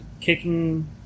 kicking